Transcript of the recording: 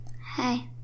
Hi